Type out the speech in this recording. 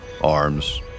arms